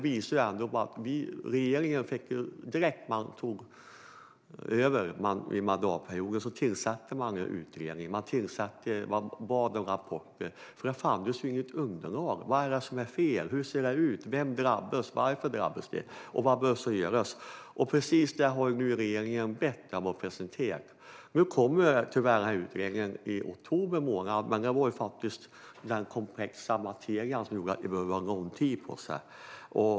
När regeringen tog över vid mandatperiodens början tillsatte man direkt en utredning och bad om rapporter, för det fanns ju inget underlag. Vad är det som är fel? Hur ser det ut? Vem drabbas? Varför drabbas de? Vad bör göras? Precis detta har regeringen nu bett utredningen att presentera. Nu kommer utredningens resultat tyvärr i oktober månad, men det var den komplexa materian som gjorde att man behövde lång tid på sig.